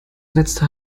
netzteil